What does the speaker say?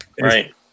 right